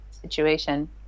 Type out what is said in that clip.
situation